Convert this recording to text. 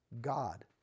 God